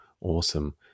awesome